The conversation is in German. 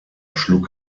schlug